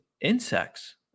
insects